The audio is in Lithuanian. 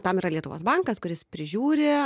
tam yra lietuvos bankas kuris prižiūri